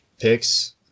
picks